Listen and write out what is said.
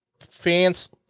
fans